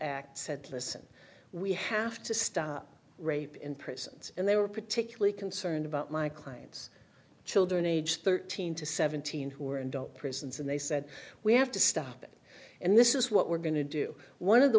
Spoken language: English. act said listen we have to stop rape in prisons and they were particularly concerned about my clients children aged thirteen to seventeen who were in don't prisons and they said we have to stop and this is what we're going to do one of the